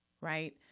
right